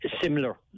similar